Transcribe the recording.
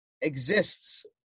exists